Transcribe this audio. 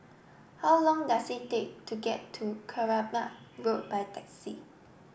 how long does it take to get to Keramat Road by taxi